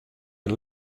der